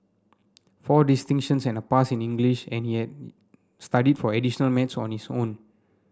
four distinctions and a pass in English and he had studied for additional maths on his own